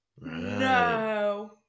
No